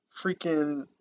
freaking